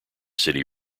city